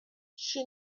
she